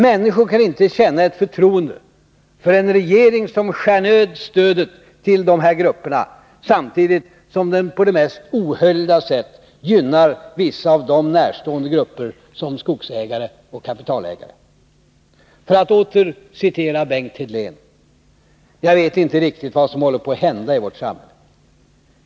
Människor kan inte känna ett förtroende för en regering som skär ner stödet till dessa grupper, samtidigt som den på det mest ohöljda sätt gynnar vissa av dem För att åter citera Bengt Hedlén: ”Jag vet inte riktigt vad som håller på att hända i vårt samhälle.